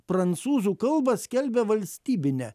prancūzų kalbą skelbia valstybine